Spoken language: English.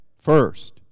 first